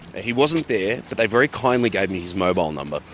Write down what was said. he wasn't there, but they very kindly gave me his mobile number.